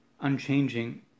unchanging